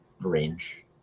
range